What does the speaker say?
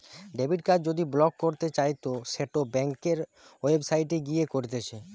debit card যদি block করতে চাইতো সেটো ব্যাংকের ওয়েবসাইটে গিয়ে করতিছে